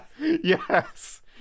Yes